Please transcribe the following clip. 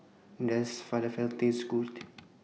Does Falafel Taste Good